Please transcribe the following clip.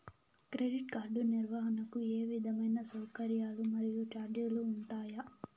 Credit card నిర్వహణకు ఏ విధమైన సౌకర్యాలు మరియు చార్జీలు ఉంటాయా?